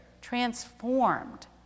transformed